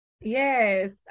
Yes